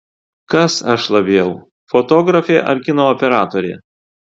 kas aš labiau fotografė ar kino operatorė